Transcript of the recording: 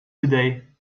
today